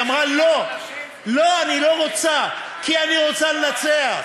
היא אמרה: לא, אני לא רוצה, כי אני רוצה לנצח.